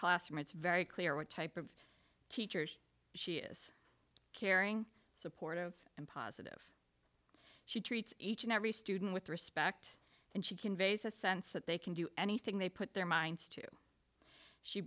classroom it's very clear what type of teachers she is carrying supportive and positive she treats each and every student with respect and she conveys a sense that they can do anything they put their minds to she